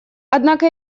однако